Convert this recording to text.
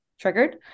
triggered